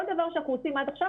כל דבר שאנחנו עושים עד עכשיו,